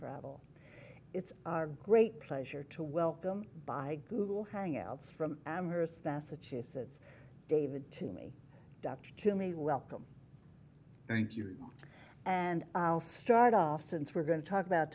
travel it's a great pleasure to welcome by google hangouts from amherst massachusetts david to me dr to me welcome thank you and i'll start off since we're going to talk about